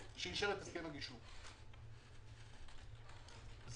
עולה מכל זה שמה שצריך לעשות עכשיו זה לאשר את התב"ע